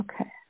Okay